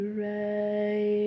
right